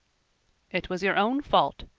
it was your own fault,